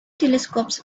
telescopes